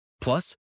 plus